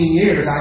years